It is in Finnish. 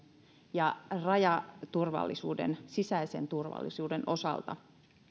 ja rajaturvallisuuden sisäisen turvallisuuden osalta